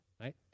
right